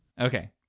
Okay